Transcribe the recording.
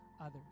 others